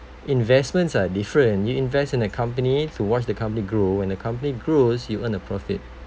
investments are different and you invest in a company to watch the company grow when the company grows you earn a profit